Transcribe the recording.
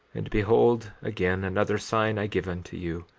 and behold, again, another sign i give unto you,